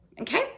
okay